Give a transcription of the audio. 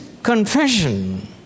Confession